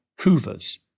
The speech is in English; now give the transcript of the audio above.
hoovers